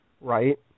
Right